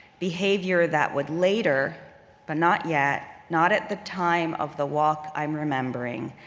behavior that would later but not yet, not at the time of the walk i'm remembering,